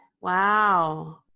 Wow